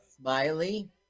smiley